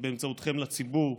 ובאמצעותכם לציבור,